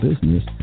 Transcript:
business